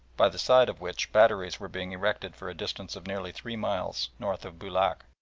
by the side of which batteries were being erected for a distance of nearly three miles north of boulac.